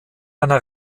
einer